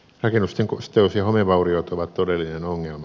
rakennusten kosteus ja homevauriot ovat todellinen ongelma